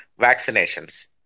vaccinations